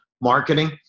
marketing